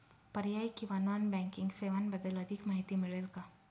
पर्यायी किंवा non banking सेवांबद्दल अधिक माहिती मिळेल का?